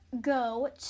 go